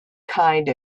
kind